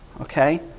Okay